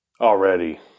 Already